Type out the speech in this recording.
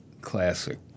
classic